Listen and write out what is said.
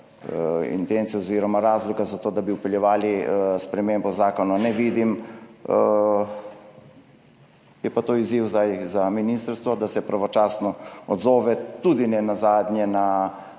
intence oziroma razloga za to, da bi vpeljevali spremembo zakona, ne vidim, je pa to zdaj izziv za ministrstvo, da se pravočasno odzove nenazadnje